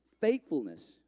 faithfulness